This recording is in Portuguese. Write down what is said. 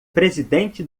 presidente